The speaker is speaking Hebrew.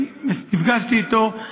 נפגשתי איתו,